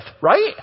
right